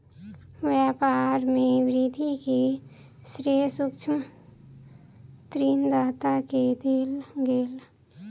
व्यापार में वृद्धि के श्रेय सूक्ष्म ऋण दाता के देल गेल